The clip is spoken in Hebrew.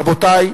רבותי,